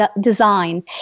design